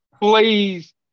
please